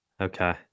Okay